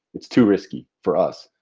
it's too risky for us.